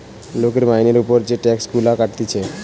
লোকের মাইনের উপর যে টাক্স গুলা কাটতিছে